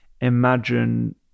imagine